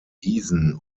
wiesen